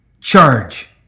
CHARGE